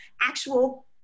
actual